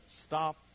stop